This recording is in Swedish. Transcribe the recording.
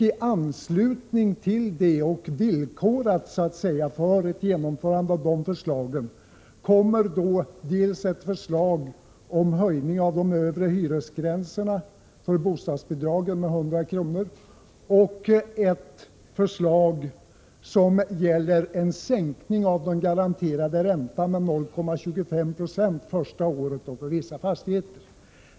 I anslutning till det — villkorat för ett genomförande av förslagen —- kommer dels ett förslag om höjning av de övre hyresgränserna för bostadsbidrag med 100 kr., dels ett förslag som gäller en sänkning av den garanterade räntan med 0,25 20 första året för vissa fastigheter.